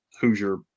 hoosier